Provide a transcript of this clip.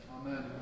Amen